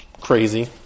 crazy